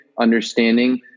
understanding